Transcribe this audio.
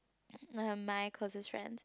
um my closest friends